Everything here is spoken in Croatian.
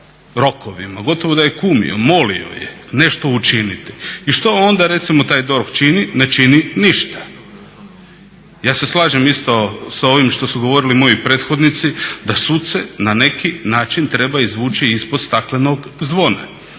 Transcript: rokovima, gotovo da je kumio, molio je, nešto učinite. I što onda recimo taj DORH čini? Ne čini ništa. Ja se slažem isto sa ovim što su govorili moji prethodnici, da suce na neki način treba izvući ispod staklenog zvona.